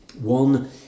One